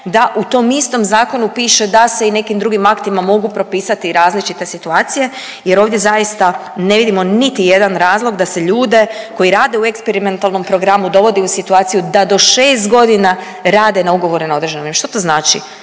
da u tom istom zakonu piše da se i nekim drugim aktima mogu propisati i različite situacije jer ovdje zaista ne vidimo niti jedan razlog da se ljude koji rade u eksperimentalnom programu dovodi u situaciju da do 6 godina rade na ugovore na određeno. Što to znači?